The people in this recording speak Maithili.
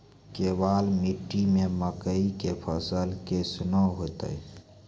केवाल मिट्टी मे मकई के फ़सल कैसनौ होईतै?